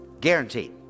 Guaranteed